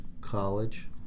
college